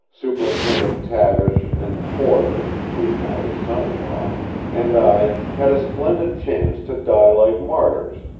superintendent tavish, and porter who is now his son-in-law and i had a splendid chance to die like martyrs,